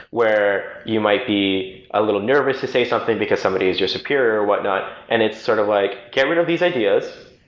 where you might be a little nervous to say something because somebody is your superior or whatnot and it's sort of like, get rid of these ideas.